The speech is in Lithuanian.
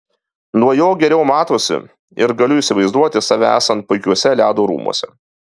nuo jo geriau matosi ir galiu įsivaizduoti save esant puikiuose ledo rūmuose